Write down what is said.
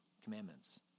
commandments